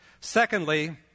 Secondly